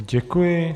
Děkuji.